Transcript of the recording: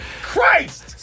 Christ